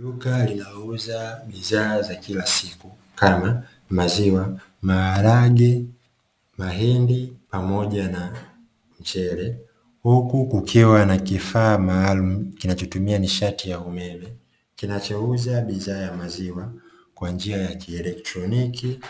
Duka linalouza bidhaa za kila siku kama maziwa, maharage, mahindi pamoja na mchele, huku kukiwa na kifaa maalumu kinachotumia nishati ya umeme kinachouza bidhaa ya maziwa kwa njia ya "kielektroniki"